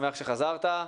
להיוועצות.